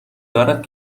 دارد